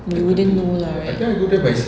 you wouldn't know lah right